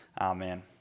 amen